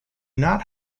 not